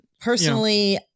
personally